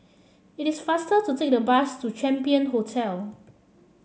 it is faster to take the bus to Champion Hotel